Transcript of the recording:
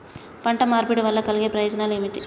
పంట మార్పిడి వల్ల కలిగే ప్రయోజనాలు ఏమిటి?